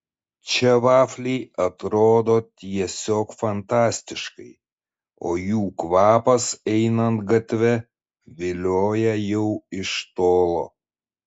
čia vafliai atrodo tiesiog fantastiškai o jų kvapas einant gatve vilioja jau iš tolo